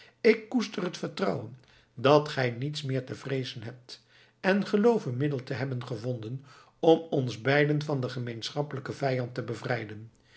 ik koester het vertrouwen dat gij niets meer te vreezen hebt en geloof een middel te hebben gevonden om ons beiden van den gemeenschappelijken vijand te bevrijden